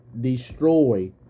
destroy